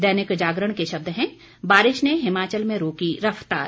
दैनिक जागरण के शब्द हैं बारिश ने हिमाचल में रोकी रफ्तार